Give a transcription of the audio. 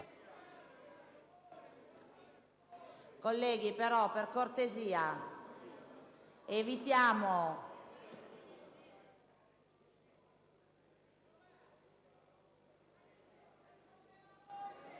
Colleghi, per cortesia, evitiamo